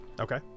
Okay